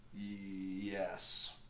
Yes